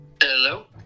Hello